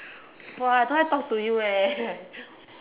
!wah! don't want talk to you eh